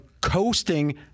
coasting